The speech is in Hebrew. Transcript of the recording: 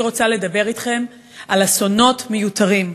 אני רוצה לדבר אתכם על אסונות מיותרים.